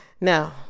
Now